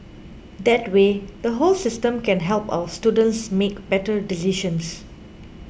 that way the whole system can help our students make better decisions